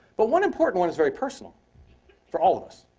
but one important one is very personal for all of us.